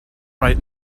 right